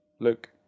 Look